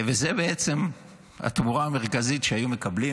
וזו בעצם התמורה המרכזית שהיו מקבלים